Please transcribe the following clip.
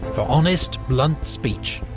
for honest, blunt speech,